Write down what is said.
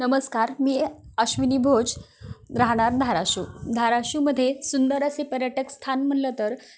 नमस्कार मी अश्विनी भोज राहणार धाराशिव धाराशिवमध्ये सुंदर असे पर्यटक स्थान म्हणलं तर